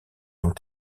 ont